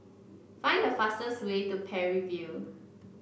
find the fastest way to Parry View